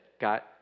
got